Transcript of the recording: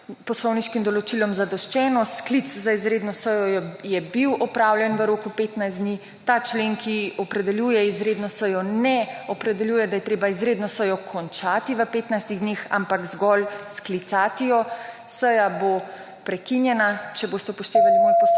poslovniškim določilom zadoščeno, sklic za izredno sejo je bil opravljen v roku petnajst dni. Ta člen, ki opredeljuje izredno sejo ne opredeljuje, da je treba izredno sejo končati v petnajstih dneh, ampak zgolj sklicati jo. Seja bo prekinjena, če boste upoštevali moj postopkovni